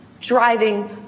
driving